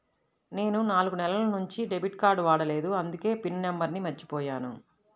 నేను నాలుగు నెలల నుంచి డెబిట్ కార్డ్ వాడలేదు అందుకే పిన్ నంబర్ను మర్చిపోయాను